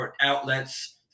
outlets